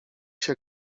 się